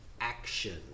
action